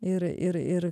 ir ir ir